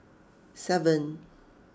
seven